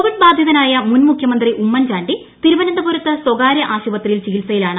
Covid ബാധിതനായ് മുൻ മുഖ്യമന്ത്രി ഉമ്മൻചാണ്ടി തിരുവനന്തപുരത്ത് സ്വകാര്യ ആശുപത്രിയിൽ ചികിത്സയിലാണ്